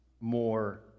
more